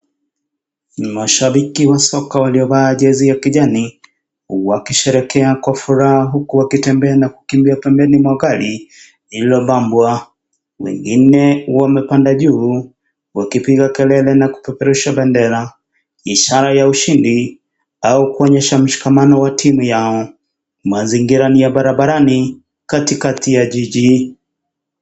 Mashabiki wa soka wamevaa jezi ya kijani wakisherekea kwa furaha huku wakitembea na kukimbia pembeni mwa gari lililopambwa,.Wengine wamepanda juu wakipiga kelele na kupeperusha bendera ishara ya ushindi au kuonyesha mshikamano wa timu yao mazingira niya barabarani katikati ya jiji.